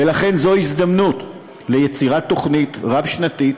ולכן זו הזדמנות ליצירת תוכנית רב-שנתית,